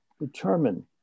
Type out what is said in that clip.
determine